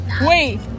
Wait